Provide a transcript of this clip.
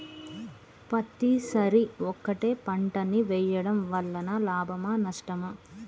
పత్తి సరి ఒకటే పంట ని వేయడం వలన లాభమా నష్టమా?